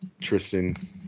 Tristan